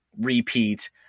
repeat